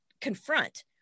confront